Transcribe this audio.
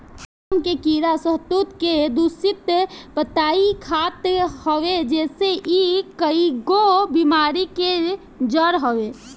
रेशम के कीड़ा शहतूत के दूषित पतइ खात हवे जेसे इ कईगो बेमारी के जड़ हवे